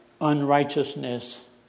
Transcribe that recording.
unrighteousness